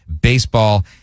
Baseball